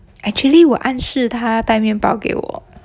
actually 我暗示他带面包给我